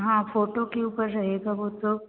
हाँ फोटो के ऊपर रहेगा वह तो